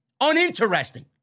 uninteresting